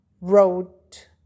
wrote